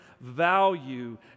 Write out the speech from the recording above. value